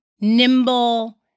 nimble